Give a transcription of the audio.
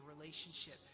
relationship